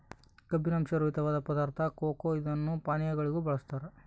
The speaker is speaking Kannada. ಕಬ್ಬಿನಾಂಶ ರಹಿತವಾದ ಪದಾರ್ಥ ಕೊಕೊ ಇದನ್ನು ಪಾನೀಯಗಳಿಗೂ ಬಳಸ್ತಾರ